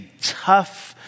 tough